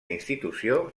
institució